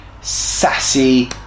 sassy